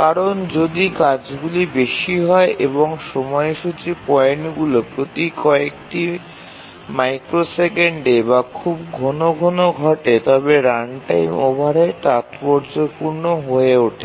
কারণ যদি কাজগুলি বেশি হয় এবং সময়সূচী পয়েন্টগুলি প্রতি কয়েকটি মাইক্রোসেকেন্ডে বা খুব ঘন ঘন ঘটে তবে রানটাইম ওভারহেড তাৎপর্যপূর্ণ হয়ে ওঠে